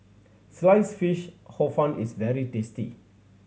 Sliced Fish Hor Fun is very tasty